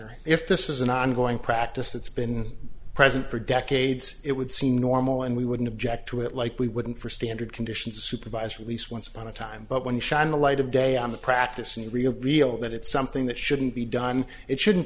honor if this is an ongoing practice that's been present for decades it would seem normal and we wouldn't object to it like we wouldn't for standard conditions supervised at least once upon a time but when shine the light of day on the practice the real real that it's something that shouldn't be done it shouldn't